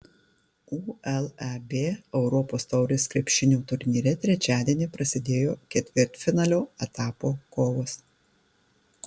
uleb europos taurės krepšinio turnyre trečiadienį prasidėjo ketvirtfinalio etapo kovos